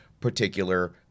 particular